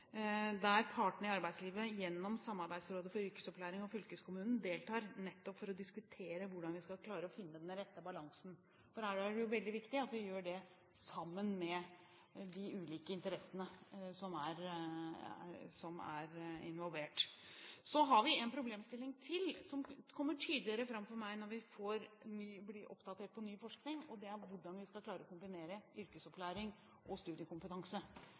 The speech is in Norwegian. der partene i arbeidslivet gjennom Samarbeidsrådet for yrkesopplæring og fylkeskommunen deltar nettopp for å diskutere hvordan vi skal klare å finne den rette balansen, for her er det veldig viktig at vi gjør det sammen med de ulike interessene som er involvert. Så har vi en problemstilling til, som kommer tydeligere fram for meg når vi blir oppdatert på ny forskning. Det er hvordan vi skal klare å kombinere yrkesopplæring og studiekompetanse.